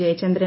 Jayachandran